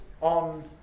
on